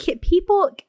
People